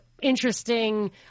interesting